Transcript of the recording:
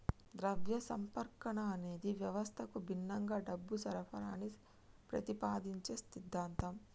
ద్రవ్య సంస్కరణ అనేది వ్యవస్థకు భిన్నంగా డబ్బు సరఫరాని ప్రతిపాదించే సిద్ధాంతం